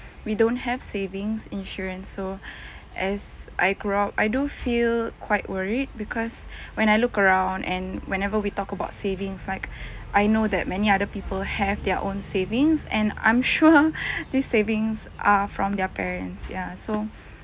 we don't have savings insurance so as I grow up I do feel quite worried because when I look around and whenever we talk about savings like I know that many other people have their own savings and I'm sure this savings are from their parents ya so